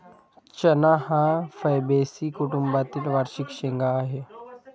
चणा हा फैबेसी कुटुंबातील वार्षिक शेंगा आहे